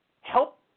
help